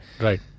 Right